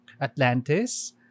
Atlantis